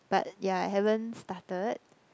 but yeah I haven't started